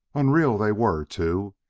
unreal they were, too,